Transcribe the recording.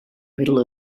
middle